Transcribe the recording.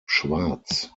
schwarz